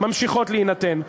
ממשיכות להינתן.